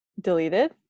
deleted